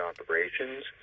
operations